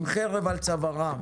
עם חרב על צווארם